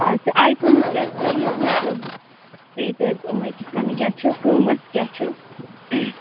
اچھا iPhones کیٛاہ چھِ یہِ مطلب فیٖچٲرٕز یِمَے کِتھ کَنہٕ کیٛاہ چھِ قۭمَتھ کیٛاہ چھِ